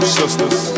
sisters